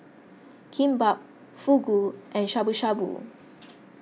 Kimbap Fugu and Shabu Shabu